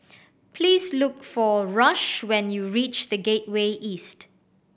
please look for Rush when you reach The Gateway East